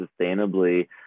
sustainably